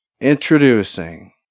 Introducing